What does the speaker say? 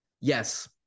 Yes